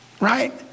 Right